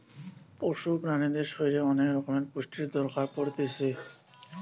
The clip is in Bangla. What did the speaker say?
পশু প্রাণীদের শরীরের অনেক রকমের পুষ্টির দরকার পড়তিছে